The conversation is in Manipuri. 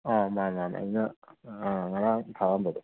ꯑꯥ ꯃꯥꯅꯤ ꯃꯥꯅꯤ ꯑꯩꯅ ꯑꯥ ꯉꯔꯥꯡ ꯊꯥꯔꯝꯕꯗꯣ